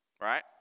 right